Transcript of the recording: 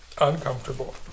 uncomfortable